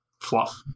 fluff